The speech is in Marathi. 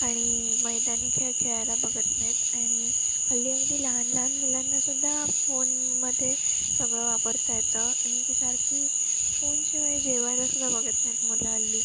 आणि मैदानी खेळ खेळायला बघत नाहीत आणि हल्ली अगदी लहान लहान मुलांना सुद्धा फोनमध्ये सगळं वापरता येतं आणि ती सारखी फोनशिवाय जेवायला सुद्धा बघत नाहीत मुलं हल्ली